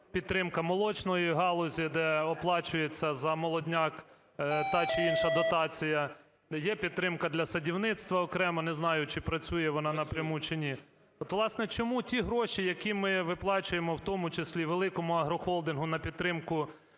підтримка молочної галузі, де оплачується за молодняк та чи інша дотація. Є підтримка для садівництва окремо, не знаю, чи працює вона напряму, чи ні. От, власне, чому ті гроші, які ми виплачуємо, в тому числі і великому агрохолдингу на підтримку